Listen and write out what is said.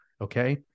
Okay